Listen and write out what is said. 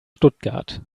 stuttgart